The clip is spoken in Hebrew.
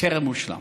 טרם הושלם.